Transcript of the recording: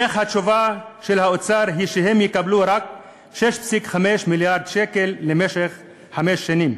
אך התשובה של האוצר היא שהם יקבלו רק 6.5 מיליארד שקל למשך חמש שנים,